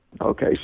Okay